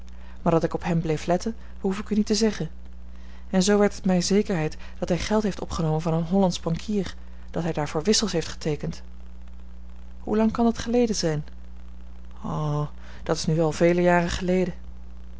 maar dat ik op hem bleef letten behoef ik u niet te zeggen en zoo werd het mij zekerheid dat hij geld heeft opgenomen van een hollandsch bankier dat hij daarvoor wissels heeft geteekend hoe lang kan dat geleden zijn o dat's nu al vele jaren geleden